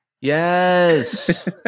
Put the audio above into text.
Yes